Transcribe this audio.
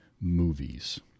movies